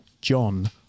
John